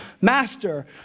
Master